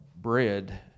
bread